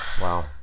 Wow